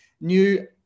new